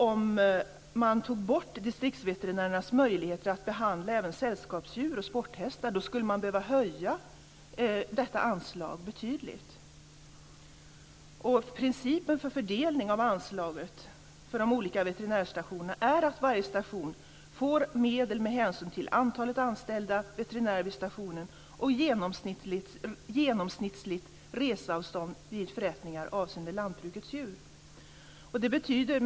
Om man tog bort distriktsveterinärernas möjligheter att behandla även sällskapsdjur och sporthästar skulle man behöva höja detta anslag betydligt. Principen för fördelningen av anslaget för de olika veterinärstationerna är att varje station får medel med hänsyn till antalet anställda veterinärer vid stationen och genomsnittligt reseavstånd vid förrättningar avseende lantbrukets djur.